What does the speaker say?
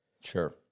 Sure